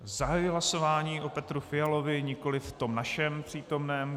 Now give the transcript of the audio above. Zahajuji hlasování o Petru Fialovi, nikoliv tom našem přítomném.